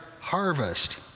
harvest